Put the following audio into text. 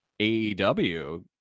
AEW